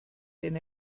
denn